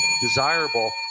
desirable